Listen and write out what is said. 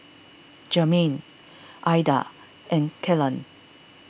Germaine Eda and Kellan